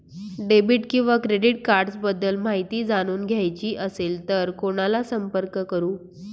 Debit किंवा credit cards बद्दल माहिती जाणून घ्यायची असेल तर कोणाला संपर्क करु?